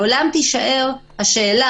כי לעולם תישאר השאלה